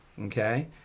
okay